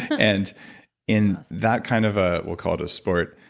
and in that kind of a. we'll call it a sport,